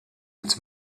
its